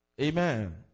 Amen